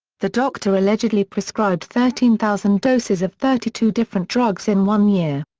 the doctor allegedly prescribed thirteen thousand doses of thirty two different drugs in one year.